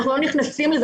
אנחנו לא נכנסים לזה,